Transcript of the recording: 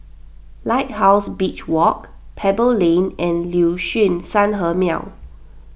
Lighthouse Beach Walk Pebble Lane and Liuxun Sanhemiao